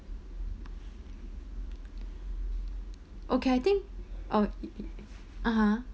okay I think oh (uh huh)